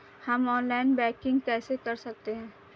हम online banking कैसे कर सकते हैं?